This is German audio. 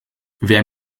wer